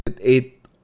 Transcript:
eight